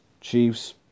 Chiefs